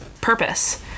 purpose